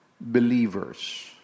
believers